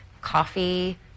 coffee